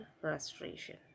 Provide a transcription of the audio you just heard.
frustration